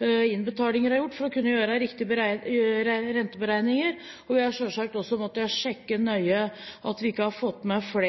innbetalinger er gjort for å kunne gjøre riktige renteberegninger, og vi har selvsagt også måttet sjekke nøye at vi ikke har fått med flere